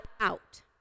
out